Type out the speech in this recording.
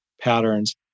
patterns